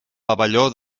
pavelló